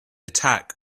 attack